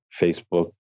Facebook